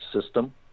system